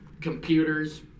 computers